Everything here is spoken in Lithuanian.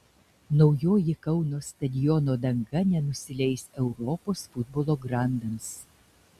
naujoji kauno stadiono danga nenusileis europos futbolo grandams